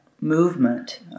movement